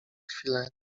chwilę